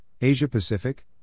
Asia-Pacific